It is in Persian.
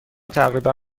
تقریبا